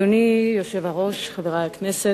אדוני היושב-ראש, חברי הכנסת,